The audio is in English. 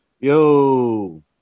Yo